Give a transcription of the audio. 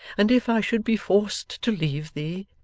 and if i should be forced to leave thee,